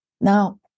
Now